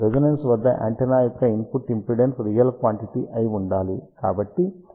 Resonance వద్ద antenna యొక్క input impedance real quantity అయి ఉండాలి